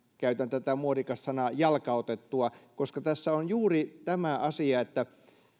käytän tätä muodikasta sanaa jalkautettua koska tässä on juuri tämä asia että